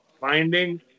finding